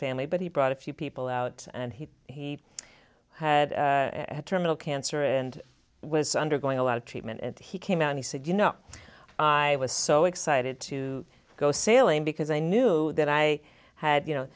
family but he brought a few people out and he he had had terminal cancer and was undergoing a lot of treatment and he came out he said you know i was so excited to go sailing because i knew that i had you know